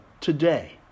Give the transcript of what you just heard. today